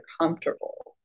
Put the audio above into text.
comfortable